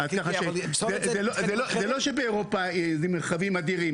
אבל פסולת זה --- זה לא שבאירופה זה מרחבים אדירים,